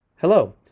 Hello